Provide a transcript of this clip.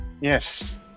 Yes